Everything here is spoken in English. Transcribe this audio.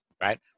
right